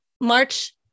March